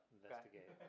Investigate